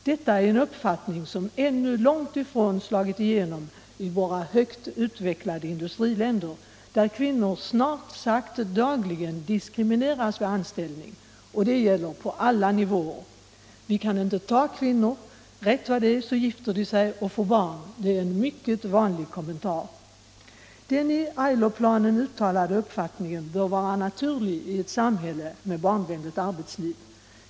Detta är en uppfattning som ännu långtifrån slagit igenom i våra högt utpräglade industriländer, där kvinnor snart sagt dagligen diskrimineras vid anställning — och det gäller alla nivåer. ”Vi kan inte ha kvinnor. Rätt vad det är gifter de sig och får barn.” Det är en vanlig kommentar. Den i ILO-planen uttalade uppfattningen bör vara naturlig i ett samhälle Allmänpolitisk debatt Allmänpolitisk debatt med barnvänligt arbetsliv.